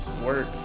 work